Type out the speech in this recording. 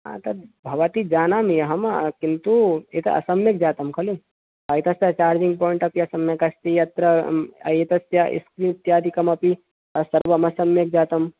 तद् भवति जानामि अहं किन्तु एतत् असम्यक् जातं खलु एतस्य चार्जिङ्ग् पायिण्ट् अपि असम्यक् अस्ति अत्र एतस्य स्क्रीन् इत्यादिकं अपि सर्वम् असम्यक् जातम्